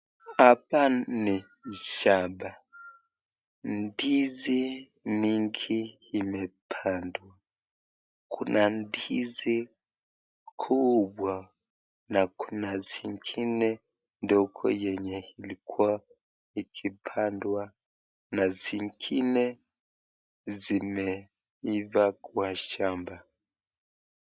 Hapa ni shamba, ndizi mingi imepandwa, kuna ndizi kubwa na kuna zingine ndogo zenye ilikuwa ikipandwa na zingine zimeifaa kwa shamba.